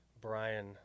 Brian